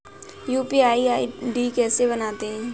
UPI ID कैसे बनाते हैं?